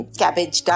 cabbage